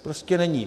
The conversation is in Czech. Prostě není.